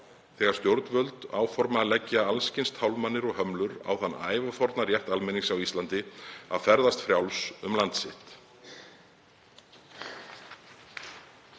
þegar stjórnvöld áforma að leggja alls kyns tálmanir og hömlur á þann ævaforna rétt almennings á Íslandi að ferðast frjáls um land sitt.